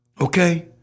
Okay